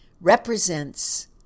represents